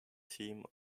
team